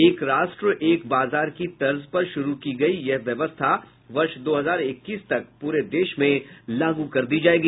एक राष्ट्र एक बाजार की तर्ज पर शुरू की गयी यह व्यवस्था वर्ष दो हजार इक्कीस तक पूरे देश में लागू कर दी जायेगी